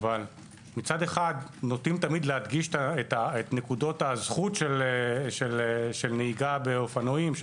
אבל מצד אחד נוטים להדגיש את נקודות הזכות של נהיגה באופנועים,